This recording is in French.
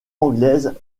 anglaise